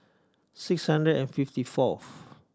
six Sunday and fifty fourth